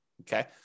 Okay